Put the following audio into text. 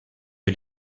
que